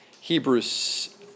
Hebrews